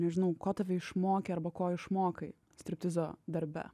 nežinau ko tave išmokė arba ko išmokai striptizo darbe